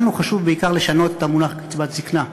לנו חשוב בעיקר לשנות את המונח קצבת זיקנה,